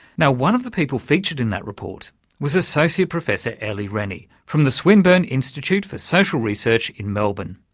now, one of the people featured in that report was associate professor ellie rennie, from the swinburne institute for social research in melbourne.